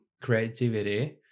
creativity